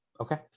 Okay